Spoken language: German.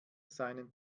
seinen